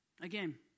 Again